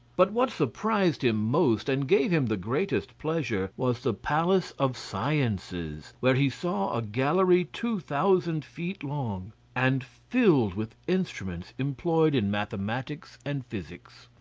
but what surprised him most and gave him the greatest pleasure was the palace of sciences, where he saw a gallery two thousand feet long, and filled with instruments employed in mathematics and physics.